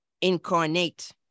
Incarnate